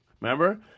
Remember